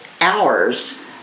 hours